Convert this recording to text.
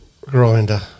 Grinder